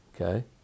okay